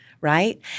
right